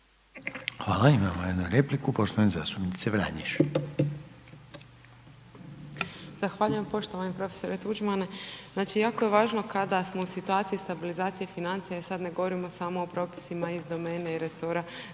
Hvala imamo jednu repliku poštovane zastupnice Vranješ. **Vranješ, Dragica (HDZ)** Zahvaljujem, poštovani profesore Tuđmane znači jako je važno kada smo u situaciji stabilizacije financija i sad ne govorimo samo o propisima iz domene i resora